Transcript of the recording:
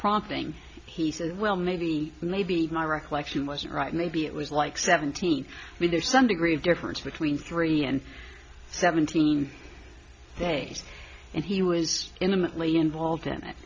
prompting he says well maybe maybe my recollection wasn't right maybe it was like seventeen when there's some degree of difference between three and seventeen days and he was intimate lee involved in it